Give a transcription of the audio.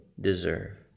deserve